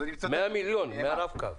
100 מיליון מהרב-קו.